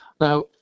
Now